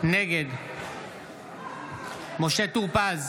נגד משה טור פז,